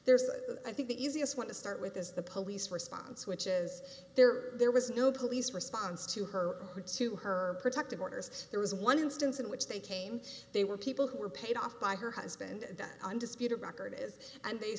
there's i think the easiest one to start with is the police response which is there there was no police response to her or to her protective orders there was one instance in which they came they were people who were paid off by her husband the undisputed record is and they